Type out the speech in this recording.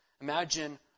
Imagine